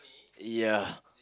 ya